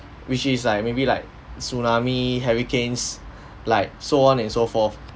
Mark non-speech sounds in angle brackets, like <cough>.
which is like maybe like tsunami hurricanes <breath> like so on and so forth